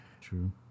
True